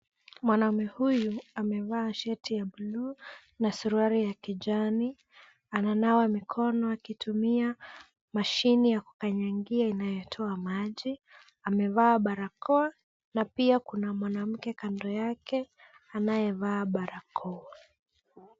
Mwanaume huyu amevaa shati ya bluu na suruali ya kijani. Ananawa mikono akitumia mashine ya kukanyagia inayotoa maji. Amevaa barakoa na pia kuna mwanamke kando yake anayevaa barakoa.